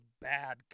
bad